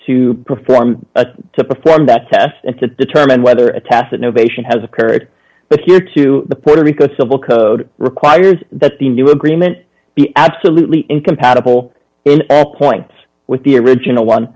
to perform to perform that test and to determine whether a tacit no patient has occurred but here to puerto rico civil code requires that the new agreement be absolutely incompatible in all points with the original one